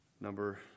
number